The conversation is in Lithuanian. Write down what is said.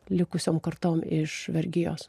likusiom kartom iš vergijos